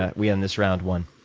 ah we end this round one?